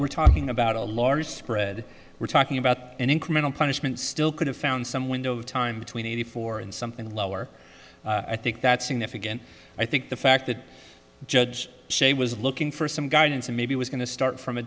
we're talking about a large spread we're talking about an incremental punishment still could have found some window of time between eighty four and something lower i think that's significant i think the fact that judge shea was looking for some guidance and maybe was going to start from a